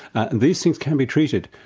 and these things can be treated,